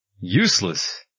Useless